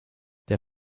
der